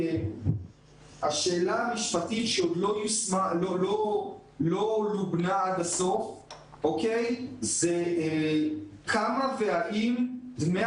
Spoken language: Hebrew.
השאלה המשפטית שעוד לא לובנה עד הסוף זה כמה והאם דמי